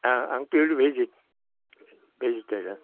आं field visit जादों